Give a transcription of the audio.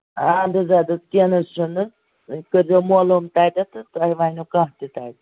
آ بُزرگن کیٚنٛہہ نہ حظ چھُنہٕ تُہۍ کٔرۍزیٚو معلوٗم تَتیٚتھ تہٕ تۄہہِ وَنوٕ کانٛہہ تہِ تَتہِ